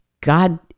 God